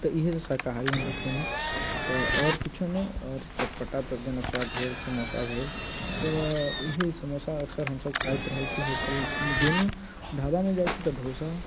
तऽ इहे सभ शाकाहारी हम सभ खेलहुँ तऽ आओर किछु नहि आओर चटपटा तऽ जेना चाट भेल समोसा भेल तऽ इहे समोसा अक्सर हम सभ खाइत रहैत छी होटलमे गेलहुँ ढाबामे जाइत छि तऽ डोसा